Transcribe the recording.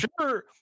sure